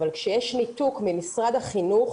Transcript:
אבל כשיש ניתוק ממשרד החינוך,